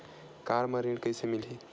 Car म ऋण कइसे मिलही?